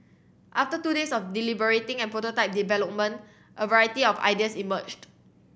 after two days of deliberating and prototype development a variety of ideas emerged